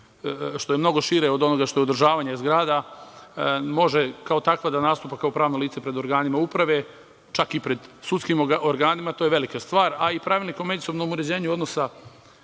što je mnogo šire od onoga što je održavanje zgrada. Može, kao takva, da nastupa kao pravno lice pred organima uprave, čak i pred sudskim organima. To je velika stvar. Pravilnik o međusobnom uređenju odnosa